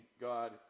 God